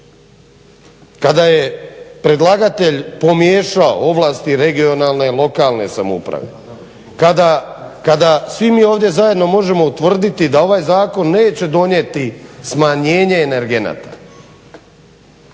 Kada je predlagatelj pomiješao ovlasti regionalne i lokalne samouprave, kada svi mi ovdje zajedno možemo utvrditi da ovaj zakon neće donijeti smanjenje energenata,